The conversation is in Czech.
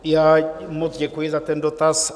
Já moc děkuji za ten dotaz.